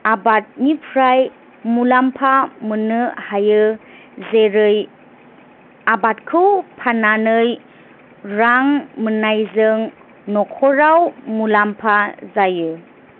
आबादनिफ्राय मुलाम्फा मोननो हायो जेरै आबादखौ फाननानै रां मोननायजों न'खराव मुलाम्फा जायो